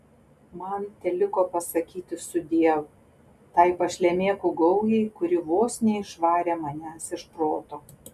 man teliko pasakyti sudiev tai pašlemėkų gaujai kuri vos neišvarė manęs iš proto